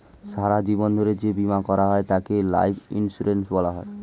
সারা জীবন ধরে যে বীমা করা হয় তাকে লাইফ ইন্স্যুরেন্স বলা হয়